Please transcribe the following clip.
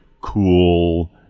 cool